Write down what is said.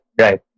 right